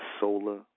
solar